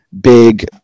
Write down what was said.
big